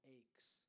aches